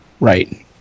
right